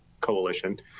Coalition